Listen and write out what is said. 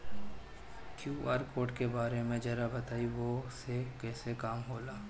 QR code के बारे में जरा बताई वो से का काम होला?